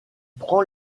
prend